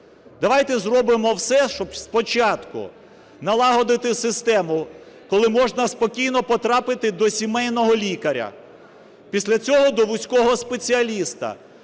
Давайте зробимо все, щоб спочатку налагодити систему, коли можна спокійно потрапити до сімейного лікаря, після цього – до вузького спеціаліста.